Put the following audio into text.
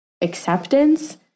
acceptance